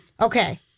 Okay